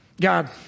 God